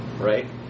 Right